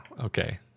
okay